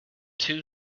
two